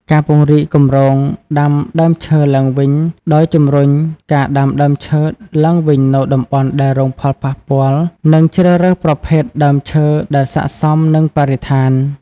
ការពង្រីកគម្រោងដាំដើមឈើឡើងវិញដោយ ជំរុញការដាំដើមឈើឡើងវិញនៅតំបន់ដែលរងផលប៉ះពាល់ និងជ្រើសរើសប្រភេទដើមឈើដែលស័ក្ដិសមនឹងបរិស្ថាន។